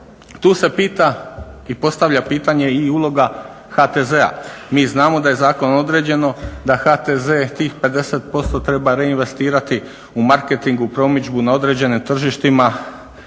Tu se pita i postavlja pitanje i uloga HTZ-a, mi znamo da je zakonom određeno da HTZ tih 50% treba reinvestirati u marketingu, promidžbu, na određenim tržištima